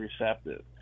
receptive